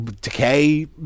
Decay